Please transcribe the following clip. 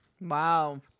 Wow